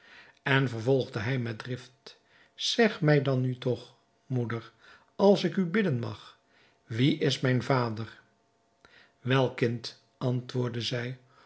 en vervolgde hij met drift zeg mij dan nu toch moeder als ik u bidden mag wie is mijn vader wel kind antwoordde zij